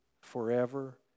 forever